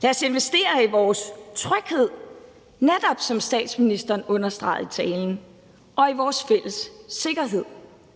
Lad os investere i vores tryghed, netop som statsministeren understregede i talen, og i vores fælles sikkerhed.